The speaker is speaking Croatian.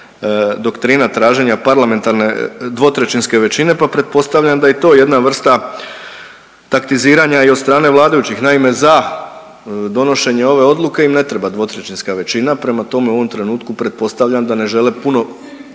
doktrina traženja parlamentarne dvotrećinske većine, pa pretpostavljam da je i to jedna vrsta taktiziranja i od strane vladajućih. Naime, za donošenje ove odluke im ne treba dvotrećinska većina, prema tome u ovom trenutku pretpostavljam da ne žele puno,